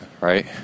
right